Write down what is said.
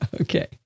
Okay